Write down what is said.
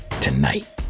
tonight